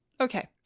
okay